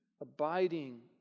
abiding